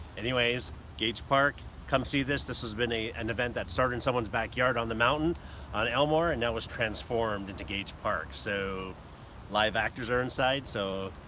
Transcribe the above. anyways gage park come see this, this has been an and event that started in someone's backyard on the mountain on elmore and now was transformed into gage park so live actors are inside so